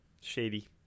shady